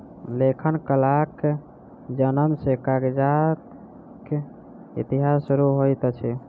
लेखन कलाक जनम सॅ कागजक इतिहास शुरू होइत अछि